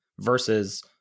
versus